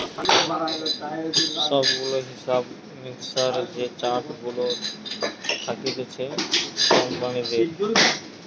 সব গুলা হিসাব মিক্সের যে চার্ট গুলা থাকতিছে কোম্পানিদের